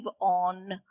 on